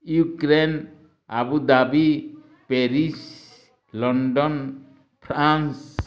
Ukraine Abu Dhabi Paris London France